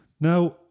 Now